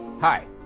Hi